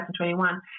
2021